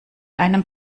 einem